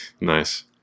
nice